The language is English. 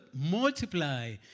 multiply